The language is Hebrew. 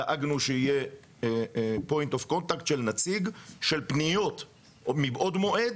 דאגנו שיהיה נקודת קשר של נציג של פניות מבעוד מועד